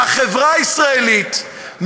והחברה הישראלית,